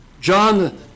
John